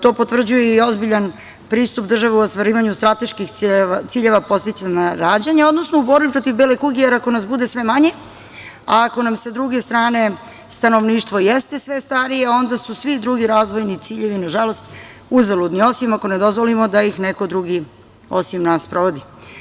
To potvrđuje i ozbiljan pristup države u ostvarivanju strateških ciljeva podsticanja rađanju, odnosno u borbi protiv bele kuge, jer ako nas bude sve manje, ako nam sa druge strane stanovništvo jeste sve starije onda su svi drugi razvojni ciljevi nažalost uzaludni, osim ako ne dozvolimo da ih neko drugi, osim nas, sprovodi.